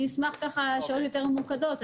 אשמח לענות על שאלות יותר ממוקדות.